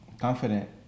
confident